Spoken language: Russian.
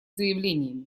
заявлениями